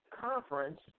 conference